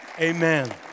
Amen